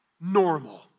normal